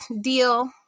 deal